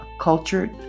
cultured